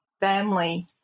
family